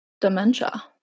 dementia